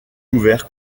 ouvert